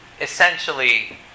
Essentially